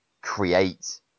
create